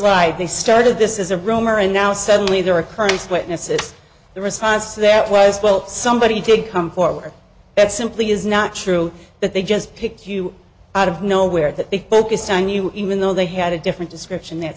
lied they started this is a rumor and now suddenly there are crimes witnesses the response that was well somebody did come forward that simply is not true that they just picked you out of nowhere that they focused on you even though they had a different description that